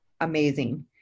amazing